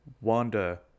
Wanda